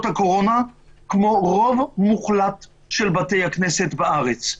הקורונה כמו רוב מוחלט של בתי הכנסת בארץ.